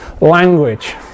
language